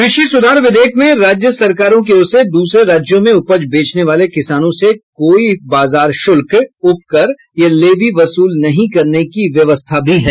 कृषि सुधार विधेयक में राज्य सरकारों की ओर से दूसरे राज्यों में उपज बेचने वाले किसानों से कोई बाजार शुल्क उपकर या लेवी वसूल नहीं करने की व्यवस्था भी है